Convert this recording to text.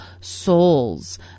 souls